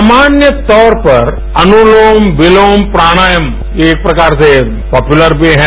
सामान्य तौर पर अनुलोम विलोम प्राणायाम एक प्रकार से पापूलर भी है